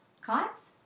Cots